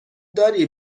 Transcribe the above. داری